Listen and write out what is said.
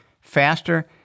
faster